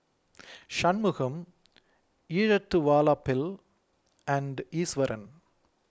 Shunmugam Elattuvalapil and Iswaran